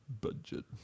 Budget